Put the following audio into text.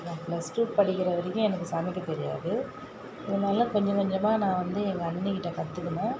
நான் ப்ளஸ்டூ படிக்கிற வரைக்கும் எனக்கு சமைக்க தெரியாது அதனால் கொஞ்ஜ கொஞ்சமா நான் வந்து எங்கள் அண்ணி கிட்டே கற்றுகுன